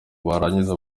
barangiza